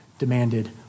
demanded